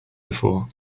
before